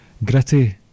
Gritty